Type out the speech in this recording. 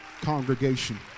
congregation